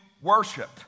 Worship